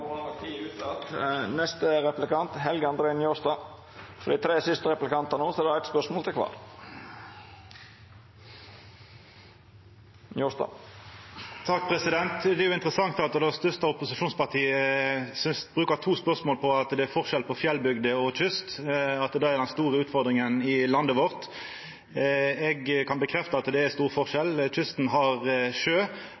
var vel tida ute. Det er interessant at det største opposisjonspartiet bruker to replikkar på spørsmålet om forskjellen på fjellbygder og kyst, og at det er den store utfordringa i landet vårt. Eg kan stadfesta at det er stor